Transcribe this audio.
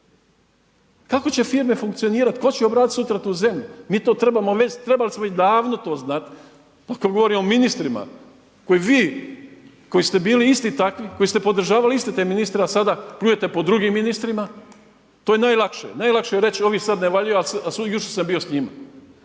Kako će firme funkcionirati, tko će obraditi sutra tu zemlju, mi to trebamo već, trebali smo već davno to znati. Pa kada govorimo o ministrima kao vi, koji ste bili isti takvi koji ste podržavali iste te ministre a sada pljujete po drugim ministrima. To je najlakše. Najlakše je reći ovi sada ne valjaju a jučer sam bio s njima.